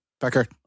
Becker